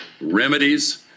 remedies